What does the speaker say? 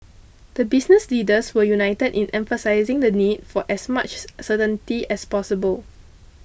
the business leaders were united in emphasising the need for as much certainty as possible